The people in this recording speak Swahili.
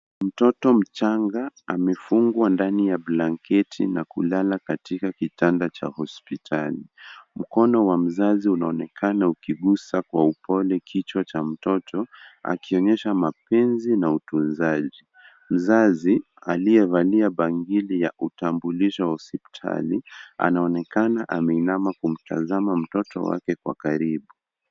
Mtoto mchanga amefungwa ndani ya blanketi na kulala katika kitanda cha hospitali. Mkono wa mzazi unaonekana ukigusa kwa upole kichwa cha mtoto, akionyesha mapenzi na utunzaji. Mzazi aliyevalia bangili ya utambulisho wa hospitali anaonekana ameinama kumtazama mtoto wake kwa karibu.